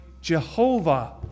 Jehovah